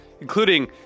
including